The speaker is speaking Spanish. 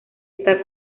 está